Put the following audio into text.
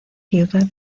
ciudad